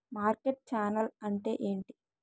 Market channel అంటే ఏంటి?